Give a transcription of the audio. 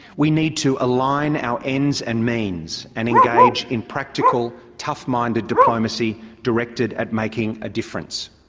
we need to align our ends and means and engage in practical, tough-minded diplomacy directed at making a difference.